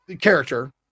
character